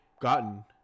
gotten